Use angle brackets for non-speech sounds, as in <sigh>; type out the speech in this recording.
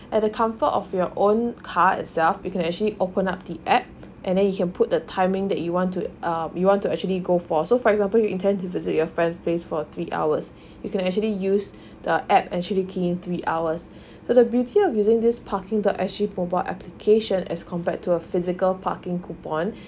at the comfort of your own car itself you can actually open up the app and then you can put the timing that you want to uh you want to actually go for so for example you intend to visit your friend's place for three hours <breath> you can actually use <breath> the app actually key in three hours <breath> so the beauty of using this parking dot S G mobile app application as compared to a physical parking coupon